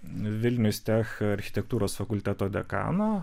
vilnius tech architektūros fakulteto dekano